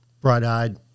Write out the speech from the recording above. bright-eyed